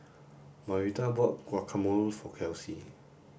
Marita bought guacamole for Kelsea